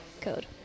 code